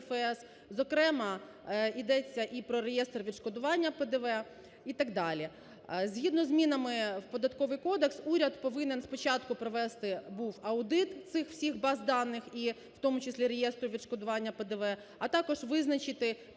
зокрема йдеться і про реєстр відшкодування ПДВ і так далі. Згідно зі змінами в Податковий кодекс уряд повинен спочатку провести був аудит цих всіх баз даних, і в тому числі реєстру відшкодування ПДВ, а також визначити